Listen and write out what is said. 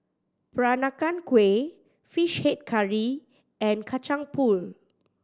Peranakan Kueh Fish Head Curry and Kacang Pool